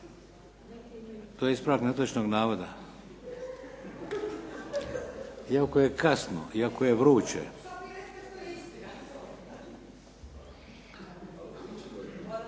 to je ispravak netočnog navoda. Iako je kasno, iako je vruće,